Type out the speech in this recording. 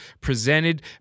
presented